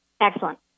Excellent